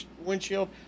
windshield